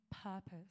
purpose